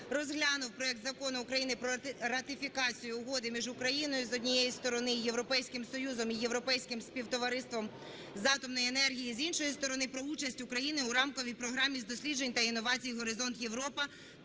в цілому проект Закону про ратифікацію Угоди між Україною, з однієї сторони, і Європейським Союзом та Європейським співтовариством з атомної енергії, з іншої сторони, про участь України у Рамковій програмі з досліджень та інновацій "Горизонт Європа"